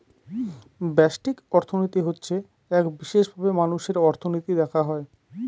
ব্যষ্টিক অর্থনীতি হচ্ছে এক বিশেষভাবে মানুষের অর্থনীতি দেখা হয়